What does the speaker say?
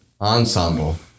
ensemble